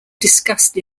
discussed